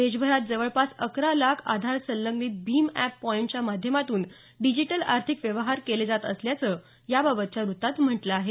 देशभरात जवळपास अकरा लाख आधार संलंग्नित भीम अॅप पॉइंटच्या माध्यमातून डिजिटल आर्थिक व्यवहार केले जात असल्याचं या बाबतच्या वृत्तात म्हटलं आहे